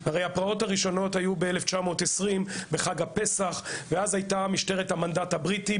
הרי הפרעות הראשונות היו ב-1920 בחג הפסח ואז הייתה משטרת המנדט הבריטי,